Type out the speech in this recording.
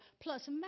plus